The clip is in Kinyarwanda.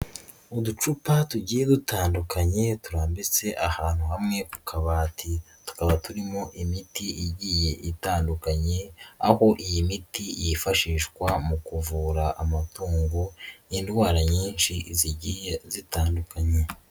Uducupa tugiye dutandukanye turambitse ahantu hamwe ku kabati tukaba turimo imiti igiye itandukanye, aho iyi miti yifashishwa mu kuvura amatungo indwara nyinshi zigiye zitandukanye.